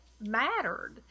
mattered